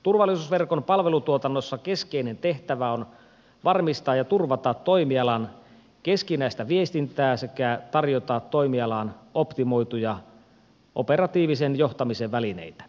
turvallisuusverkon palvelutuotannossa keskeinen tehtävä on varmistaa ja turvata toimialan keskinäistä viestintää sekä tarjota toimialaan optimoituja operatiivisen johtamisen välineitä